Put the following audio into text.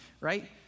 right